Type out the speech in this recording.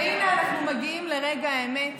והינה אנחנו מגיעים לרגע האמת